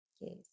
Yes